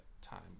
time